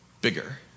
bigger